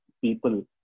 people